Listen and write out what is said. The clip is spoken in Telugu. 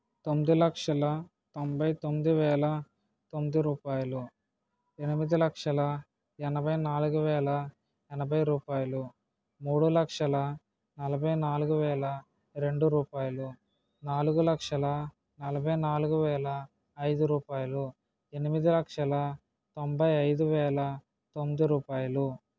తొమ్మిది లక్షల తొంభై తొమ్మిది వేల తొమ్మిది రూపాయిలు ఎనిమిది లక్షల ఎనభై నాలుగు వేల ఎనభై రూపాయిలు మూడు లక్షల నలభై నాలుగు వేల రెండు రూపాయిలు నాలుగు లక్షల నలభై నాలుగు వేల ఐదు రూపాయిలు ఎనిమిది లక్షల తొంభై ఐదు వేల తొమ్మిది రూపాయిలు